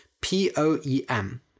P-O-E-M